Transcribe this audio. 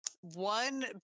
one